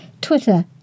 Twitter